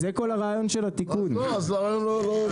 אז הרעיון לא טוב.